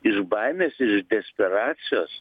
iš baimės ir iš desperacijos